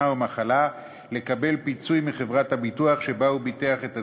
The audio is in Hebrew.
או מחלה לקבל פיצוי מחברת הביטוח שבה הוא ביטח את עצמו,